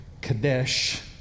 Kadesh